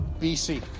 BC